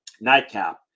nightcap